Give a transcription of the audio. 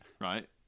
right